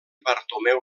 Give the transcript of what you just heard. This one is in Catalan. bartomeu